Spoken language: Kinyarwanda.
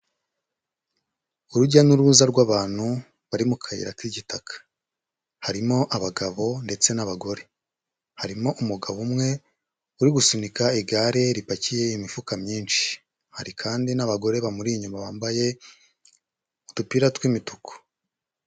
Urujya n'uruza rw'abantu bari mu kayira k'igitaka, harimo abagabo ndetse n'abagore, harimo umugabo umwe uri gusunika igare ripakiye imifuka myinshi, hari kandi n'abagore bamuri inyuma bambaye udupira tw'imituku.